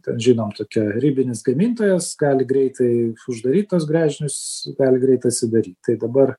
ten žinom tokia ribinis gamintojas gali greitai uždaryt tuos gręžinius gali greit atsidaryt tai dabar